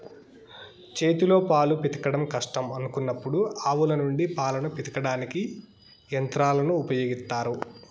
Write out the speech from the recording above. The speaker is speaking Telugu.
చేతితో పాలు పితకడం కష్టం అనుకున్నప్పుడు ఆవుల నుండి పాలను పితకడానికి యంత్రాలను ఉపయోగిత్తారు